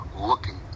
looking